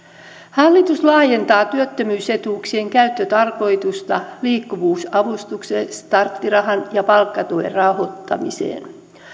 hallitus laajentaa työttömyysetuuksien käyttötarkoitusta liikkuvuusavustuksen starttirahan ja palkkatuen rahoittamiseen